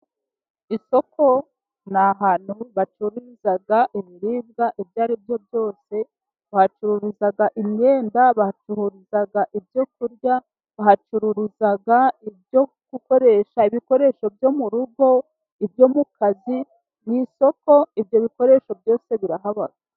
Isoko ni ahantu bacururiza ibiribwa ibyo ari byo byose bahacururiza imyenda, bahacururiza ibyokurya, bahacururiza ibyo gukoresha, ibikoresho byo mu rugo ibyo mu kazi mu isoko ibyo bikoresho byose birahaba.